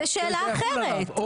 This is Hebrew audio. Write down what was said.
נכון, זו שאלה נפרדת.